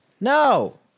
No